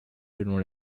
selon